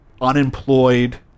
unemployed